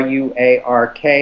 Ruark